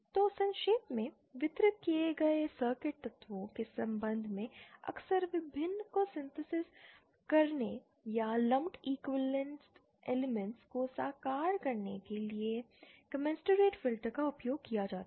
तो संक्षेप में वितरित किए गए सर्किट तत्वों के संदर्भ में अक्सर विभिन्न को सिंथेसिस करने या लंपड एलिमेंट्स इकोईवैलेंट को साकार करने के लिए कॉम्नसुरेट फ़िल्टर का उपयोग किया जाता है